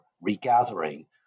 regathering